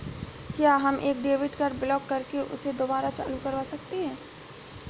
क्या हम एक डेबिट कार्ड ब्लॉक करके उसे दुबारा चालू करवा सकते हैं?